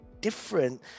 different